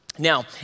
Now